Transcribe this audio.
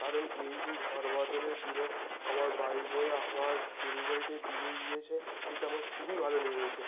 কারণ এই যে ঝড় বাদলের দিনে আমার বাড়ি বয়ে আমার ডেলিভারিটা দিয়ে গিয়েছে এতে আমার খুবই ভালো লেগেছে